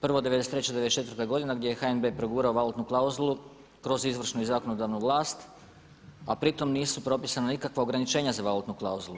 Prvo '93. i '94. godina gdje je HNB progurao valutnu klauzulu kroz izvršnu i zakonodavnu vlast, a pritom nisu propisana nikakva ograničenja za valutnu klauzulu.